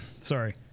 sorry